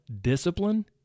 discipline